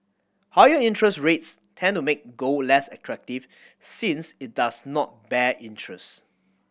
higher interest rates tend to make gold less attractive since it does not bear interest